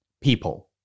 People